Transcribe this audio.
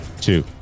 two